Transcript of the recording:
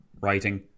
writing